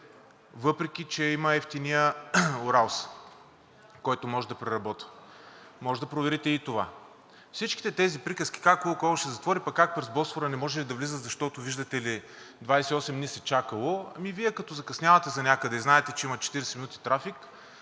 въпреки че има евтиния „Уралс“, който може да преработва, може да проверите и това. Всичките тези приказки как „Лукойл“ ще затвори, пък как през Босфора не можели да влизат, защото виждате ли, 28 дни се чакало, Вие като закъснявате за някъде и знаете, че има 40 минути трафик,